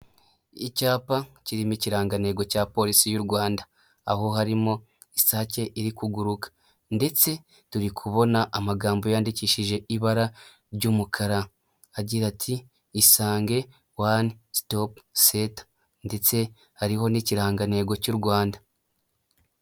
Icyapa kirimo ikirangantego cya polisi y'u Rwanda aho harimo ishake iri kuguruka ndetse turi kubona amagambo yandikishije ibara ry'umukara, agira ati isange one stop centre ndetse hariho n'ikirangantego cy'u Rwanda.